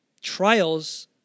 trials